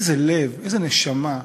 איזה לב, איזו נשמה,